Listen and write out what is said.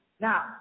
Now